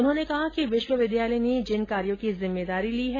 उन्होंने कहा कि विश्वविद्यालय ने जिन कार्यो की जिम्मेदारी ली है